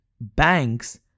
banks